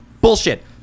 Bullshit